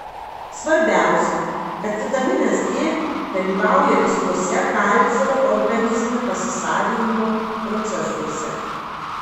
svarbiausia kad vitaminas d dalyvauja visuose kalcio organizme pasisavinimo procesuose